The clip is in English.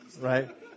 right